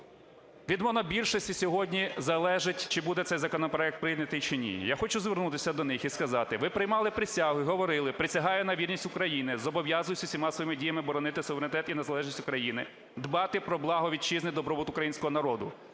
Від монобільшості сьогодні залежить, чи буде цей законопроект прийнятий чи ні, я хочу звернутися до них і сказати: ви приймали присягу і говорили: "Присягаю на вірність Україні. Зобов'язуюсь усіма своїми діями боронити суверенітет і незалежність України, дбати про благо Вітчизни, добробут Українського народу.